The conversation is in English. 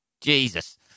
Jesus